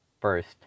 first